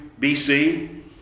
BC